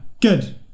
Good